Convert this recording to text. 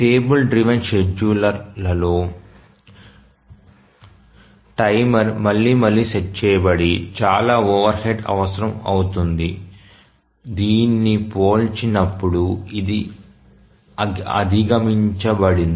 table driven scheduler లో timer మళ్లీ మళ్లీ సెట్ చేయబడి చాలా ఓవర్హెడ్ అవసరం అవుతుంది దీన్ని పోల్చినప్పుడు అది అధిగమించబడింది